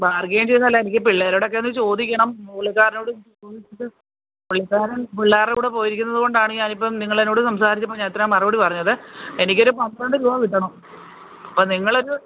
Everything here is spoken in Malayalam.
ബാര്ഗേയ്ന് ചെയ്യുന്നതല്ല എനിക്ക് പിള്ളേരോട് ഒക്കെ ഒന്ന് ചോദിക്കണം പുള്ളിക്കാരനോടും ചോദിച്ചിട്ട് പുള്ളിക്കാരന് പിള്ളേരുടെ കൂടെ പോയിരിക്കുന്നത് കൊണ്ടാണ് ഞാൻ ഇപ്പോൾ നിങ്ങൾ എന്നോട് സംസാരിച്ചപ്പോൾ ഞാന് ഇത്രയും മറുപടി പറഞ്ഞത് എനിക്കൊരു പന്ത്രണ്ട് രൂപ കിട്ടണം അപ്പോൾ നിങ്ങളൊരു